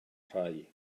rhai